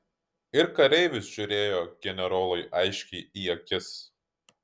ir kareivis žiūrėjo generolui aiškiai į akis